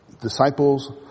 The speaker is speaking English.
disciples